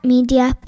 Media